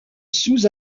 sous